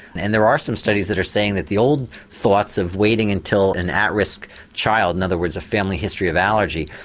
and there are some studies that are saying that the old thoughts of waiting until an at risk child, in other words a family history of allergy,